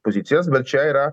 pozicijas bet čia yra